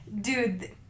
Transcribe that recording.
dude